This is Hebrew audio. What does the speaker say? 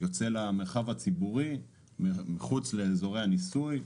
בצל המרחב הציבורי מחוץ לאזורי הניסוי.